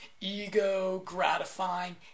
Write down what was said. ego-gratifying